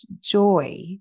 joy